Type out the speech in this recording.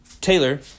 Taylor